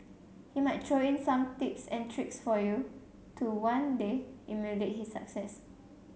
he might throw in some tips and tricks for you to one day emulate his success